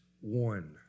one